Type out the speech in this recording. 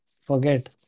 forget